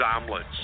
omelets